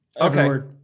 Okay